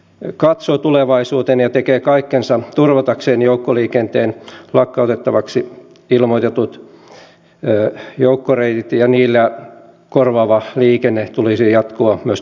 keskusta katsoo tulevaisuuteen ja tekee kaikkensa turvatakseen joukkoliikenteen lakkautettavaksi ilmoitetut joukkoreitit ja niillä korvaavan liikenteen tulisi jatkua myös tulevaisuudessa